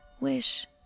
wish